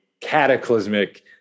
cataclysmic